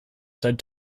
said